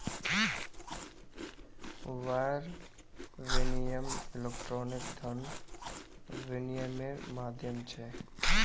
wire विनियम electronic धन विनियम्मेर माध्यम छ